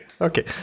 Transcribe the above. okay